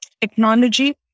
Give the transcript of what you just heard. technology